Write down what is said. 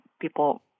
people